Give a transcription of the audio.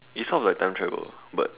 it's sort of like time travel but